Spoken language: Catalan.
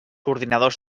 ordinadors